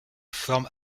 forme